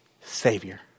savior